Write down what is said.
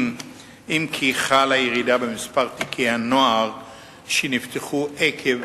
אם כי חלה ירידה במספר תיקי הנוער שנפתחו עקב